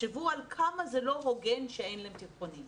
תחשבו על כמה זה לא הוגן שאין להם תיכונים.